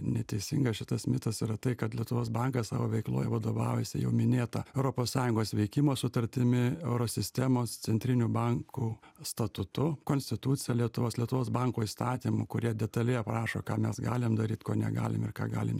neteisinga šitas mitas yra tai kad lietuvos bankas savo veikloj vadovaujasi jau minėta europos sąjungos veikimo sutartimi euro sistemos centriniu banku statutu konstitucija lietuvos lietuvos banko įstatymu kurie detaliai aprašo ką mes galim daryt ko negalim ir ką galim